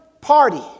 party